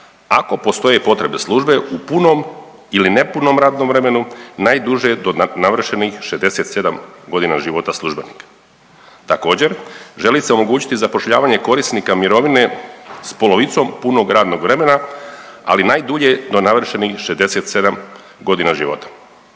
ako postoje potrebe službe u punom ili nepunom radnom vremenu, najduže do navršenih 67 godina života službenika. Također, želi se omogućiti zapošljavanje korisnika mirovine s polovicom punog radnog vremena, ali najdulje do navršenih 67 godina života.